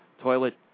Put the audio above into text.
toilet